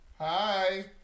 Hi